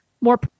more